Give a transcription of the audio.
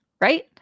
Right